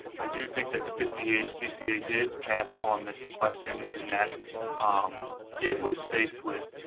i do think that the fifth dca dca did pass on this question in that it was faced with